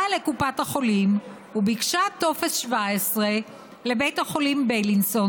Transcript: באה לקופת החולים וביקשה טופס 17 לבית החולים בילינסון,